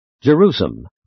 Jerusalem